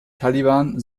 taliban